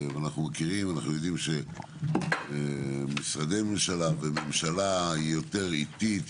אנחנו מכירים ויודעים שמשרדי ממשלה וממשלה היא יותר איטית,